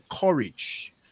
courage